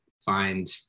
find